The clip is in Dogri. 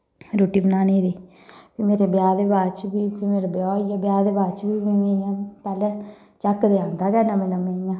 रुट्टी बनाने दी मेरे ब्याहे दे बाद च बी फ्ही मेरा ब्याह् होई गेआ ब्याह् दे बाद च बी इ'यां पैह्लै झक्क ते औंदा गै नमें नमें इ'यां